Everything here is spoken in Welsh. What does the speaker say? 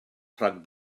rhag